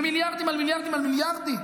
זה מיליארדים על מיליארדים על מיליארדים,